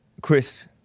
Chris